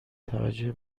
توجه